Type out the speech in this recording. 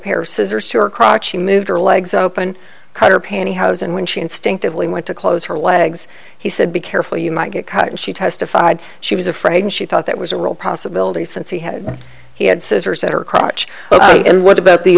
crotch she moved her legs open cut her pantyhose and when she instinctively went to close her legs he said be careful you might get cut and she testified she was afraid and she thought that was a real possibility since he had he had scissors at her crotch and what about the